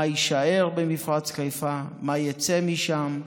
מה יישאר במפרץ חיפה, מה יצא משם,